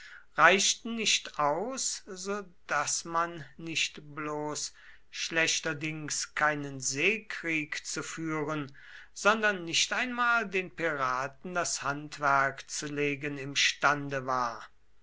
reichten nicht aus so daß man nicht bloß schlechterdings keinen seekrieg zu führen sondern nicht einmal den piraten das handwerk zu legen imstande war